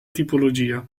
tipologia